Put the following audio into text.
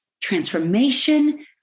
transformation